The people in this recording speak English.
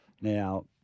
Now